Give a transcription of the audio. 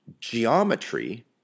geometry